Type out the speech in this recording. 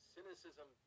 Cynicism